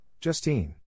Justine